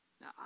Now